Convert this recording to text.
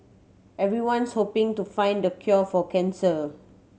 everyone's hoping to find the cure for cancer